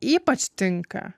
ypač tinka